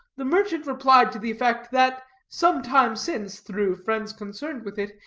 the merchant replied to the effect, that some time since, through friends concerned with it,